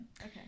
Okay